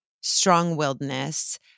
strong-willedness